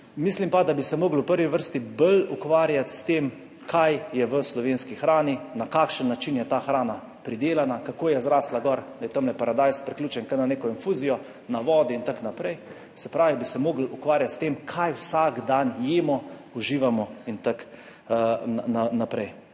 Mislim pa, da bi se morali v prvi vrsti bolj ukvarjati s tem, kaj je v slovenski hrani, na kakšen način je ta hrana pridelana, kako je zrasla gor, da je tamle paradajz priključen kar na neko infuzijo na vodi in tako naprej, se pravi, bi se morali ukvarjati s tem, kaj vsak dan jemo, uživamo in tako naprej.